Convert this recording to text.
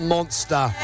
Monster